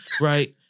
right